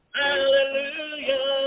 hallelujah